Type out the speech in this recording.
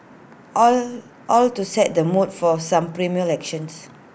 all all to set the mood for some primal actions